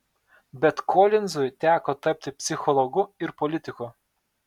bet kolinzui teko tapti psichologu ir politiku